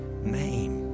name